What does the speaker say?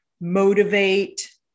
motivate